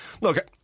Look